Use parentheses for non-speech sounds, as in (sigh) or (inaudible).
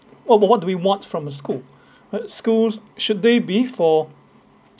what about what do we want from the school (breath) that schools should they be for